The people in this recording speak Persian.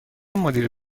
مدیر